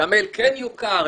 כי המייל כן יוכר,